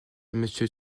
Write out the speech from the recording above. monsieur